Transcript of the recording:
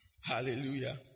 Hallelujah